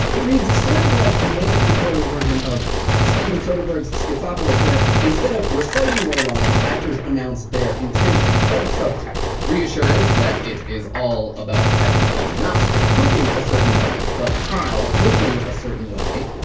it reads sort of like the makeup tutorial version of steven soderbergh's, schizopolis, where instead of reciting their lines, actors announce their intention or subtext, reassurance that it is all about having fun, not looking a certain way, but how looking a certain way